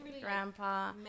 grandpa